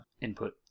input